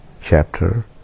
chapter